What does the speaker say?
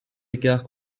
écart